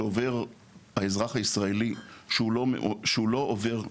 שעובר האזרח הישראלי שהוא לא עובר מצוות,